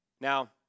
Now